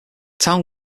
town